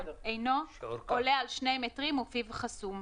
על 2 מטרים ופיו חסום,